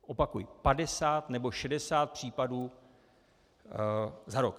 Opakuji: 50 nebo 60 případů za rok.